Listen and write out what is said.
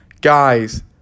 Guys